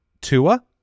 Tua